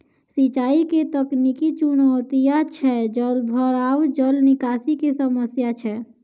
सिंचाई के तकनीकी चुनौतियां छै जलभराव, जल निकासी के समस्या छै